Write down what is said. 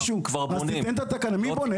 מי בונה?